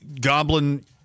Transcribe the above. goblin